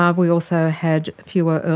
um we also had fewer,